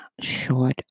short